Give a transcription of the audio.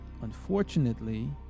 Unfortunately